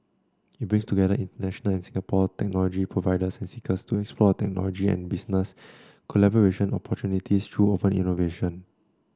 it brings together international and Singapore technology providers and seekers to explore technology and business collaboration opportunities through open innovation